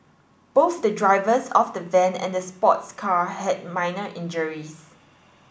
both the drivers of the van and the sports car had minor injuries